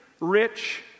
rich